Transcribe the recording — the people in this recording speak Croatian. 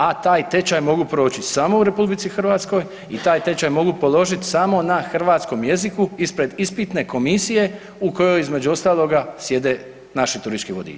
A taj tečaj mogu proći samo u RH i taj tečaj mogu položit samo na hrvatskom jeziku ispred ispitne komisije u kojoj je između ostaloga sjede naši turistički vodiči.